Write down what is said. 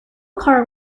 car